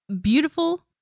beautiful